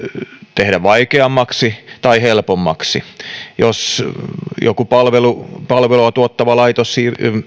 tehdä vaikeammaksi tai helpommaksi jos joku palvelua palvelua tuottava laitos